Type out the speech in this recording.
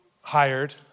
hired